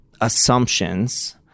assumptions